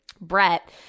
Brett